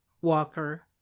Walker